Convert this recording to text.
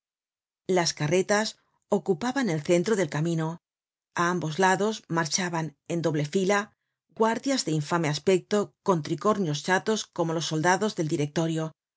las carretas ocupaban el centro del camino a ambos lados marchaban en doble fila guardias de infame aspecto con tricornios chatos como los soldados del directorio